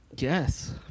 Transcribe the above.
Yes